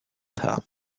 delta